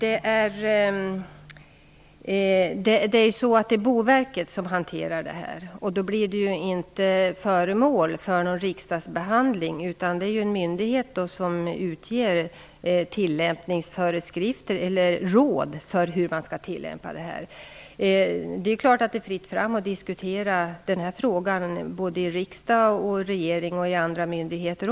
Fru talman! Det är Boverket som hanterar detta. Därför blir inte dessa allmänna råd föremål för någon riksdagsbehandlig. Det är ju en myndighet som utger råd för hur tillämpningen skall gå till. Det är klart att det är fritt fram att diskutera frågan i riksdagen, i regeringen och även inom andra myndigheter.